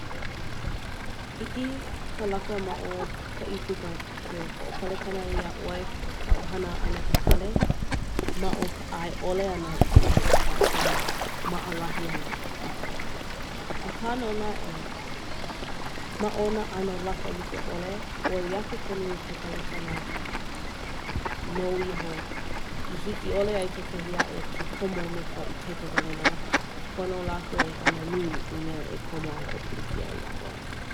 Hiki ka laka maʻo ka i puka ke hoʻopale kana iaʻoe ka ʻohana me ka hale maʻo ka aiʻole ana i kekahi i ke komo maʻalahi ana i kauhale. Akā no naʻe maʻo no laka likeʻole oi aku ka nui ka palekana nou iho i hikiʻole ai kekahi aʻe ke komo me ka ikaika wale nō. Pono lākou e hana nui i mea i komo o hoʻopilikia iaʻoe